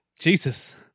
Jesus